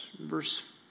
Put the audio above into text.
verse